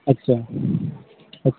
अच्छा